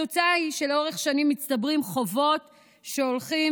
התוצאה היא שלאורך שנים מצטברים חובות והולכים